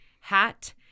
hat